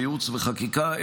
בייעוץ וחקיקה,